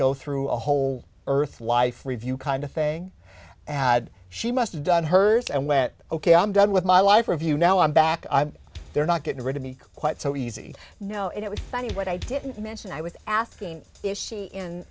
go through a whole earth life review kind of thing and she must have done hers and went ok i'm done with my life review now i'm back i'm they're not getting rid of me quite so easy no it was funny what i didn't mention i was asking is she in